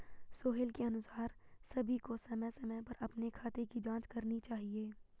सोहेल के अनुसार सभी को समय समय पर अपने खाते की जांच करनी चाहिए